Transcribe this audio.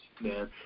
man